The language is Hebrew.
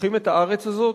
לוקחים את הארץ הזאת?